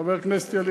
חבר הכנסת ילין,